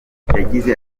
yagize